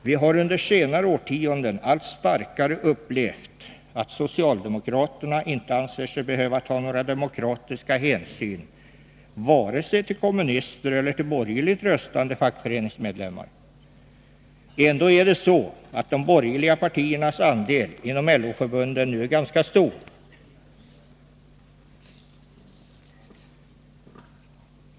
Vi har under senare årtionden allt starkare upplevt att socialdemokraterna inte anser sig behöva ta några demokratiska hänsyn till vare sig kommunister eller borgerligt röstande fackföreningsmedlemmar. Ändå är det så att de borgerliga partiernas andel inom LO-förbunden nu är ganska stor.